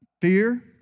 fear